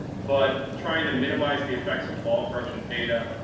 but trying to minimize the effects of vol crush and data,